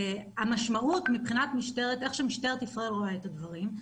המשמעות של איך משטרת ישראל רואה את הדברים,